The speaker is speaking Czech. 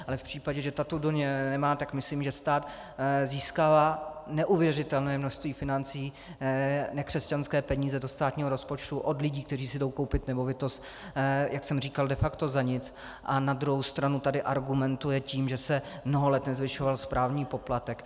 Ale v případě, že tato nemá, tak myslím, že stát získává neuvěřitelné množství financí, nekřesťanské peníze, do státního rozpočtu od lidí, kteří si jdou koupit nemovitost, jak jsem říkal, de facto za nic, a na druhou stranu tady argumentuje tím, že se mnoho let nezvyšoval správní poplatek.